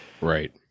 Right